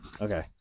Okay